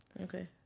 Okay